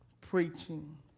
preaching